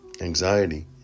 anxiety